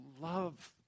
love